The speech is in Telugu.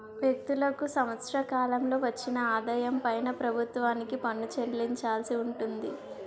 వ్యక్తులకు సంవత్సర కాలంలో వచ్చిన ఆదాయం పైన ప్రభుత్వానికి పన్ను చెల్లించాల్సి ఉంటుంది